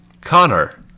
Connor